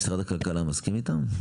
משרד הכלכלה מסכים איתם?